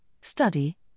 study